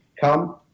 come